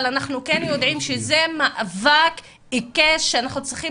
אבל אנחנו כן יודעים שזה מאבק עיקש שאנחנו צריכים